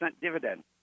dividend